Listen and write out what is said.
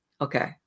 Okay